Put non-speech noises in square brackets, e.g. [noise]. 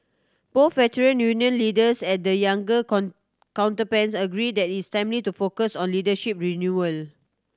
both Veteran Union leaders and the younger [unintelligible] counterparts agree that is timely to focus on leadership renewal